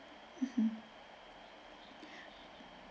mmhmm